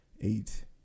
eight